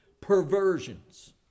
perversions